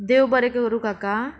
देव बरें करूं काका